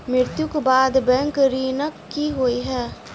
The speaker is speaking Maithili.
मृत्यु कऽ बाद बैंक ऋण कऽ की होइ है?